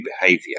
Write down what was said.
behavior